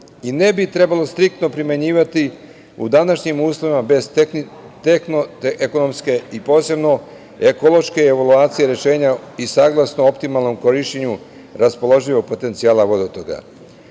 i ne bi ih trebalo striktno primenjivati u današnjim uslovima bez tehnološke i posebno ekološke evaluacije rešenja i saglasno optimalnom korišćenju raspoloživog potencijala vodotoka. Usled